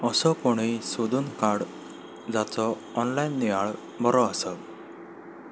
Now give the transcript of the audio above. असो कोणूय सोदून काड जाचो ऑनलायन नियाळ बरो आसा